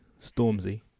Stormzy